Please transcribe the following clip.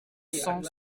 cent